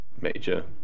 major